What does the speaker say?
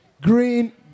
Green